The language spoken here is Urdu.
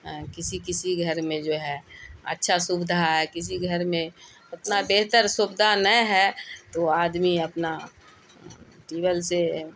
کسی کسی گھر میں جو ہے اچھا سویدھا ہے کسی گھر میں اتنا بہتر سویدھا نہیں ہے تو آدمی اپنا ٹیبول سے